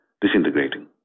disintegrating